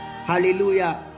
Hallelujah